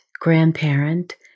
grandparent